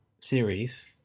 series